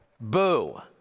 Boo